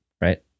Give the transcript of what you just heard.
right